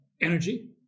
energy